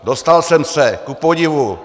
Dostal jsem se, kupodivu.